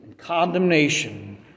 Condemnation